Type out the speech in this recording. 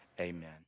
Amen